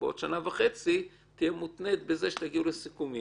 בעוד שנה וחצי תהיה מותנית בזה שתגיעו לסיכומים.